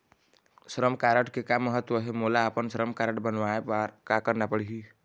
श्रम कारड के का महत्व हे, मोला अपन श्रम कारड बनवाए बार का करना पढ़ही?